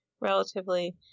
Relatively